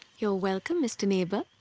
you're welcome mr. neighbour.